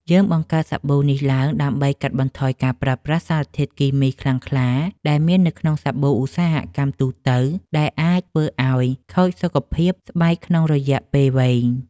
យើងបង្កើតសាប៊ូនេះឡើងដើម្បីកាត់បន្ថយការប្រើប្រាស់សារធាតុគីមីខ្លាំងក្លាដែលមាននៅក្នុងសាប៊ូឧស្សាហកម្មទូទៅ ដែលអាចធ្វើឱ្យខូចសុខភាពស្បែកក្នុងរយៈពេលវែង។